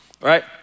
right